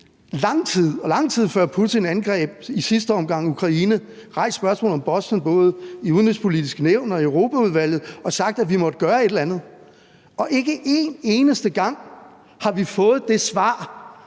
lang tid før Putin angreb i seneste omgang Ukraine, rejst spørgsmålet om Bosnien både i Det Udenrigspolitiske Nævn og i Europaudvalget og sagt, at vi måtte gøre et eller andet. Og ikke en eneste gang har vi fået det svar